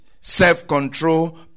self-control